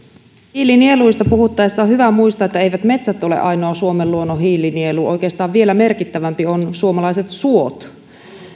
hiilinieluista puhuttaessa on hyvä muistaa että eivät metsät ole ainoa suomen luonnon hiilinielu oikeastaan vielä merkittävämpiä ovat suomalaiset suot